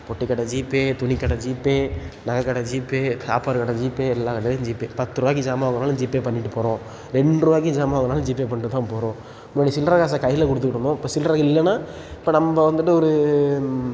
boutique கடை GPay துணி கடை ஜிபே நகை கடை ஜிபே சாப்பிட்ற கடை ஜிபே எல்லா கடையும் ஜிபே பத்து ரூபாய்க்கு ஜாமான் வாங்கினாலும் ஜிபே பண்ணிட்டு போகிறோம் ரெண்டு ரூபாய்க்கு ஜாமான் வாங்கினாலும் ஜிபே பண்ணிட்டு தான் போகிறோம் முன்னாடி சில்லற காசை கையில் குடுத்துக்கிட்டிருந்தோம் இப்போ சில்லற இல்லைனா இப்போ நம்ம வந்துட்டு ஒரு